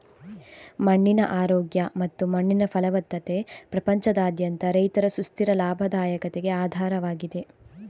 ಮಣ್ಣಿನ ಆರೋಗ್ಯ ಮತ್ತು ಮಣ್ಣಿನ ಫಲವತ್ತತೆ ಪ್ರಪಂಚದಾದ್ಯಂತ ರೈತರ ಸುಸ್ಥಿರ ಲಾಭದಾಯಕತೆಗೆ ಆಧಾರವಾಗಿದೆ